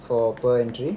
for per entry